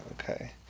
Okay